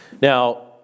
Now